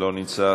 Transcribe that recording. אינו נוכח,